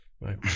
Right